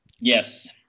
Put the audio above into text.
Yes